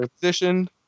position